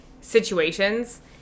situations